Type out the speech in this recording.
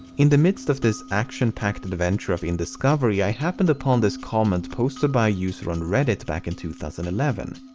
in the midst of this action-packed adventure of indiscovery, i happened upon this comment posted by a user on reddit back in two thousand and eleven.